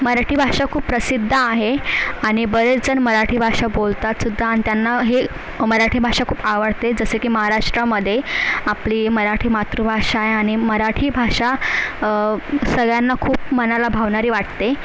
मराठी भाषा खूप प्रसिद्ध आहे आणि बरेचजण मराठी भाषा बोलतातसुद्धा आणि त्यांना हे मराठी भाषा खूप आवडते जसे की महाराष्ट्रामध्ये आपली मराठी मातृभाषा आहे आणि मराठी भाषा सगळ्यांना खूप मनाला भावणारी वाटते